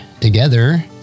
together